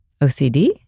OCD